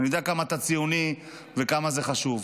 אני יודע כמה אתה ציוני וכמה זה חשוב.